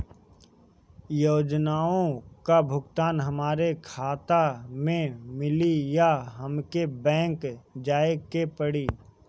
योजनाओ का भुगतान हमरे खाता में मिली या हमके बैंक जाये के पड़ी?